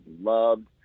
loved